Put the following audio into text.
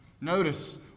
Notice